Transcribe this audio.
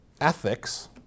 Ethics